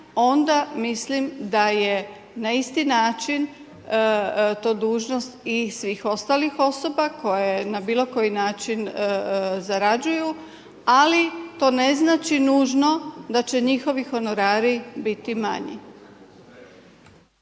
onda mislim da je na isti način to dužnost i svih ostalih osoba koje na bilo koji način zarađuju, ali to ne znači nužno da će njihovi honorari biti manji.